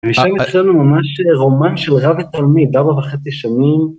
ושם יצא לנו ממש רומן של רב ותלמיד, ארבע וחצי שנים.